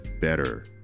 better